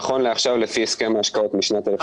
נכון לעכשיו, לפי הסכם ההשקעות משנת 1980, לא.